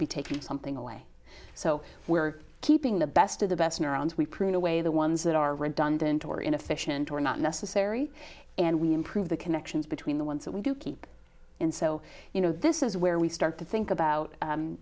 be taking something away so we are keeping the best of the best neurons we pruned away the ones that are dundon tor inefficient or not necessary and we improve the connections between the ones that we do keep and so you know this is where we start to think about